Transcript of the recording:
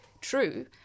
true